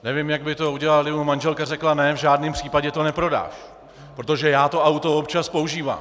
Nevím, jak by to udělal, kdyby mu manželka řekla: Ne, v žádném případě to neprodáš, protože já to auto občas používám.